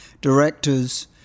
directors